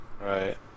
Right